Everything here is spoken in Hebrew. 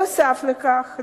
נוסף על כך,